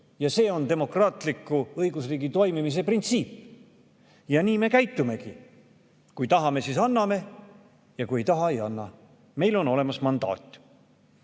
ja see on demokraatliku õigusriigi toimimise printsiip. Ja nii me käitumegi: kui tahame, siis anname, ja kui ei taha, siis ei anna, meil on olemas mandaat. Usalduse